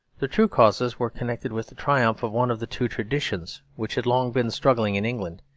the true causes were connected with the triumph of one of the two traditions which had long been struggling in england.